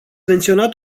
menționat